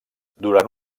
durant